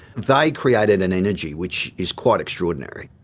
they created an energy which is quite extraordinary.